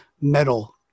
metal